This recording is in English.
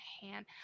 hand